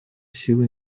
силы